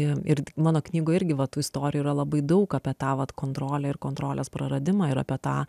ir mano knygoj irgi va tų istorijų yra labai daug apie tą vat kontrolę ir kontrolės praradimą ir apie tą